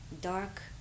dark